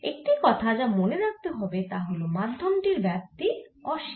একটি কথা যা মনে রাখতে হবে তা হল এই মাধ্যম টির ব্যাপ্তি অসীম